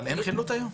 אבל אין חילוט היום?